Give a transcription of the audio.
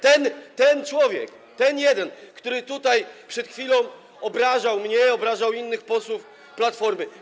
Ten człowiek, ten jeden, który tutaj przed chwilą obrażał mnie, obrażał innych posłów Platformy.